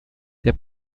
der